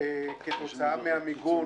כתוצאה מהמיגון